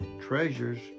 treasures